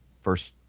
first